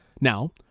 Now